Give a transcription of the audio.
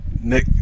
Nick